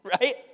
right